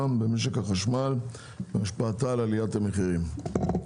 במשק החשמל והשפעה על עליית המחירים.